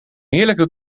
heerlijke